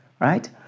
right